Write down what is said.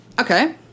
Okay